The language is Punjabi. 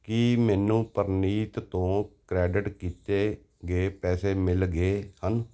ਕੀ ਮੈਨੂੰ ਪ੍ਰਨੀਤ ਤੋਂ ਕ੍ਰੈਡਿਟ ਕੀਤੇ ਗਏ ਪੈਸੇ ਮਿਲ ਗਏ ਹਨ